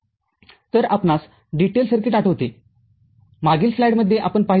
तर आपणास DTL सर्किटआठवते मागील स्लाइडमध्ये आपण पाहिले होते